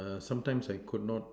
err sometimes I could not